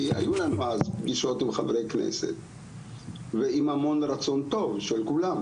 כי היו לנו אז פגישות עם חברי כנסת ועם המון רצון טוב של כולם